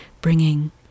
bringing